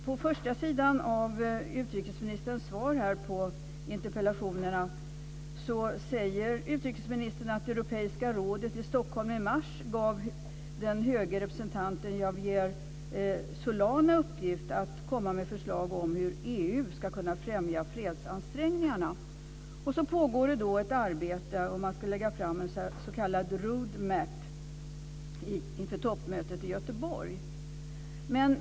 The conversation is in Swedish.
På den första sidan av utrikesministerns svar på interpellationerna säger hon att Europeiska rådet i Stockholm i mars gav den höge representanten Javier Solana i uppgift att komma med förslag om hur EU ska kunna främja fredsansträngningarna. Det pågår ett arbete, och man ska lägga fram en s.k. Road Map inför toppmötet i Göteborg.